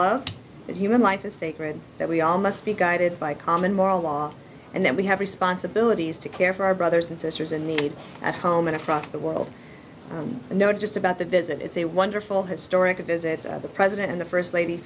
love that human life is sacred that we all must be guided by common moral law and that we have responsibilities to care for our brothers and sisters in need at home and across the world no just about the visit it's a wonderful historic visit the president and the first lady